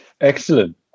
Excellent